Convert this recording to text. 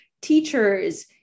teachers